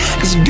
Cause